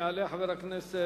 יעלה חבר הכנסת